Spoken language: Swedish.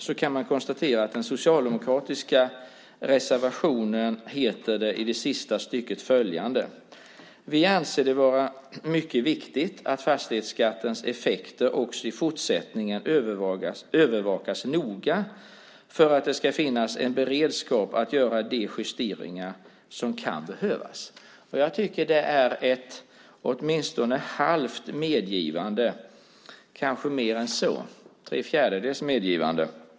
Man kan då konstatera att det i den socialdemokratiska reservationen, sista stycket, står följande: Vi anser det vara mycket viktigt att fastighetsskattens effekter också i fortsättningen övervakas noga för att det ska finnas en beredskap att göra de justeringar som kan behövas. Jag tycker att det åtminstone är ett halvt medgivande. Det är kanske mer än så, tre fjärdedels medgivande.